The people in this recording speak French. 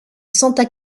santa